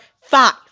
five